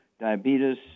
diabetes